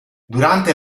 durante